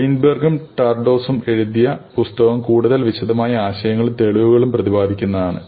ക്ലീൻബെർഗും ടാർഡോസും എഴുതിയ പുസ്തകം കൂടുതൽ വിശദമായി ആശയങ്ങളും തെളിവുകളും പ്രദിപാദിക്കുന്നതാണ്